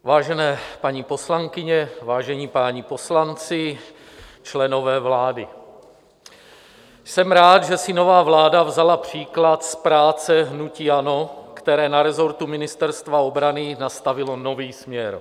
Vážené paní poslankyně, vážení páni poslanci, členové vlády, jsem rád, že si nová vláda vzala příklad z práce hnutí ANO, které na resortu Ministerstva obrany nastavilo nový směr.